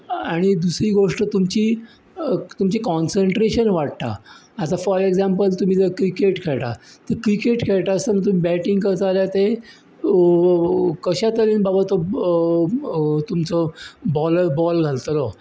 आनी दुसरी गोष्ट तुमची तुमचें काँसेंट्रेशन वाडटा आतां फॉर एग्जांम्पल तुमी जर क्रिकेट खेळटात ती खेळटासतना तुमी बॅटींग करता जाल्यार तें कशे तरेन बाबा तो तुमचो बॉलर बॉल घालतलो